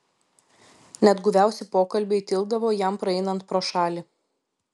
net guviausi pokalbiai tildavo jam praeinant pro šalį